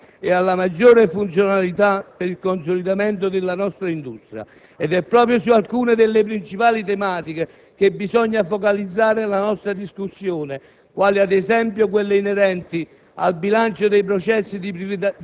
la via della privatizzazione, che mira all'apertura dei mercati e alla maggiore funzionalità, per il consolidamento della nostra industria. Ed è proprio su alcune delle principali tematiche che bisogna focalizzare la nostra discussione,